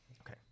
Okay